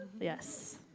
Yes